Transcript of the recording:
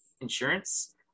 Insurance